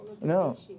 no